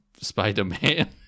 Spider-Man